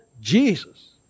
Jesus